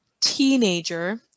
teenager